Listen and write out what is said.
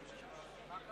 צריך